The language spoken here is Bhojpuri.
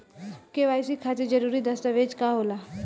के.वाइ.सी खातिर जरूरी दस्तावेज का का होला?